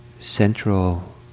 central